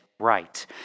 right